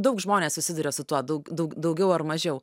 daug žmonės susiduria su tuo daug daug daugiau ar mažiau